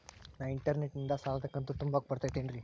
ನಾ ಇಂಟರ್ನೆಟ್ ನಿಂದ ಸಾಲದ ಕಂತು ತುಂಬಾಕ್ ಬರತೈತೇನ್ರೇ?